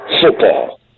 football